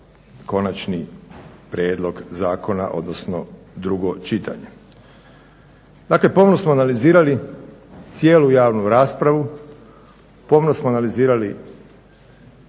konačni prijedlog zakona, odnosno drugo čitanje. Dakle, pomno smo analizirali cijelu javnu raspravu, pomno smo analizirali